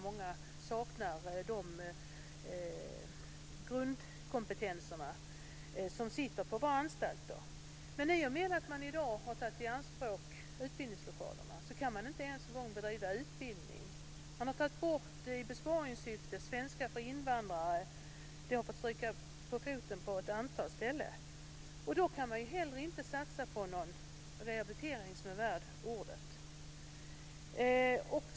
Många som sitter på våra anstalter saknar de grundkompetenserna. Men i och med att man i dag tagit utbildningslokalerna i anspråk kan man inte ens bedriva utbildning. Man har i besparingssyfte tagit bort svenska för invandrare. Det har fått stryka på foten på ett antal ställen. Då kan man inte heller satsa på någon rehabilitering som är värd namnet.